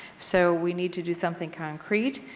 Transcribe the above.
so we need to do something concrete.